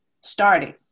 Starting